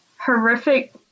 horrific